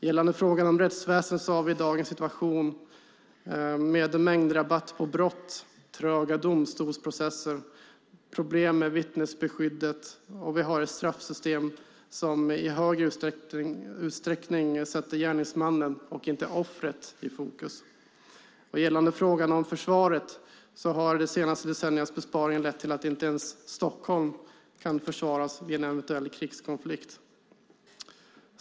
Gällande frågan om rättsväsendet har vi i dag en situation med mängdrabatt på brott, tröga domstolsprocesser, problem med vittnesskyddet, och vi har ett straffsystem som i stor utsträckning sätter gärningsmannen, och inte offret, i fokus. Gällande frågan om försvaret har de senaste decenniernas besparingar lett till att inte ens Stockholm kan försvaras vid en eventuell krigskonflikt.